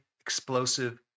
explosive